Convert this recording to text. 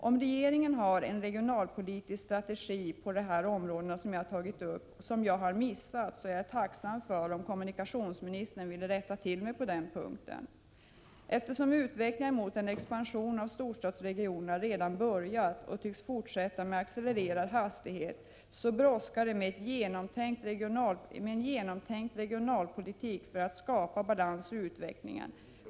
Om regeringen på de här områdena har en regionalpolitisk strategi som jag missat, vore jag tacksam om kommunikationsministern ville rätta mig på den punkten. Eftersom utvecklingen mot en expansion av storstadsregionerna redan börjat och tycks fortsätta med accelererad hastighet, brådskar det med en genomtänkt regionalpolitik för att skapa balans i utvecklingen.